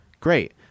Great